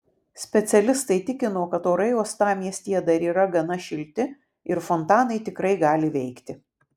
specialistai tikino kad orai uostamiestyje dar yra gana šilti ir fontanai tikrai gali veikti